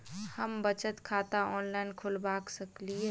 हम बचत खाता ऑनलाइन खोलबा सकलिये?